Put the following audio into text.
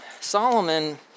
Solomon